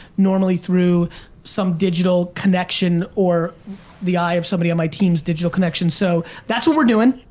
normally through some digital connection or the eye of somebody on my team's digital connection. so that's what we're doing.